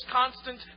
constant